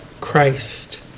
Christ